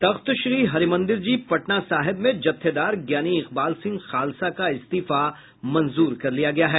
तख्त श्री हरिमंदिर जी पटना साहिब में जत्थेदार ज्ञानी इकबाल सिंह खालसा का इस्तीफा मंजूर कर लिया गया है